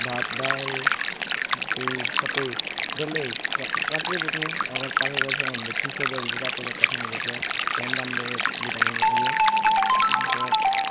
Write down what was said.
भात दाल त्यही सबै डल्लै काँचै बोक्ने अगर पाकेको छ भने चिसो भइहाल्छ तातो तातो खानुपर्छ झन् राम्रो हो यो भिटामिन